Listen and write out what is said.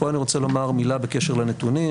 פה אני רוצה לומר מילה בקשר לנתונים.